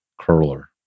curler